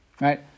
Right